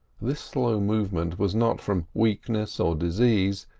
this slow movement was not from weakness or disease,